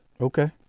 okay